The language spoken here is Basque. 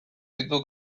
ditu